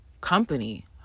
company